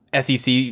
SEC